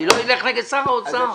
אני לא אלך נגד שר האוצר.